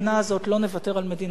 לא נוותר על מדינת ישראל.